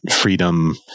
freedom